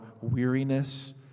weariness